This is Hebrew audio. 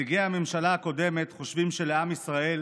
נציגי הממשלה הקודמת חושבים שלעם ישראל